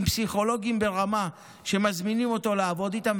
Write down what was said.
עם פסיכולוגים ברמה שמזמינים אותו לעבוד איתם,